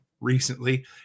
recently